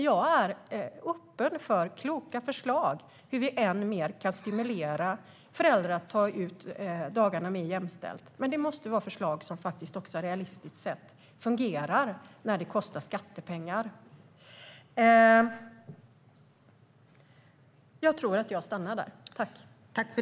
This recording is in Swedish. Jag är öppen för kloka förslag på hur vi ännu mer kan stimulera föräldrar att ta ut dagarna mer jämställt. Men när det kostar skattepengar måste det vara förslag som realistiskt sett fungerar.